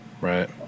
Right